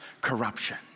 corruption